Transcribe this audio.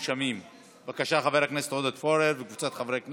כי הונחה היום על שולחן הכנסת,